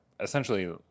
essentially